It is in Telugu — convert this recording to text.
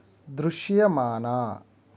దృశ్యమాన